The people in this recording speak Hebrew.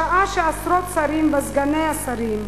שעה שעשרות שרים וסגני השרים,